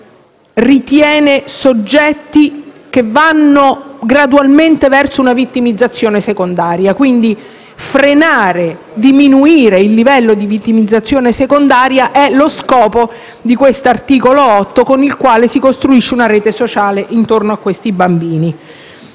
li ritiene soggetti che vanno gradualmente verso una vittimizzazione secondaria. Frenare e diminuire il livello di vittimizzazione secondaria è lo scopo dell'articolo 8, con cui si costruisce una rete sociale intorno a questi bambini.